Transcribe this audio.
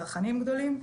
צרכנים גדולים,